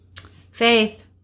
Faith